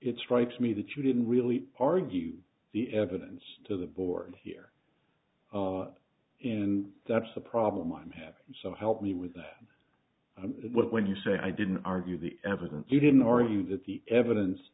it strikes me that you didn't really argue the evidence to the board here and that's the problem i'm having so help me with that when you say i didn't argue the evidence you didn't argue that the evidence